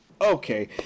okay